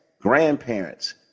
grandparents